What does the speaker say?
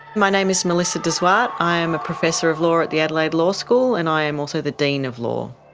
my name is melissa de zwart, i am a professor of law at the adelaide law school and i am also the dean of law.